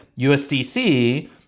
USDC